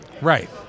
Right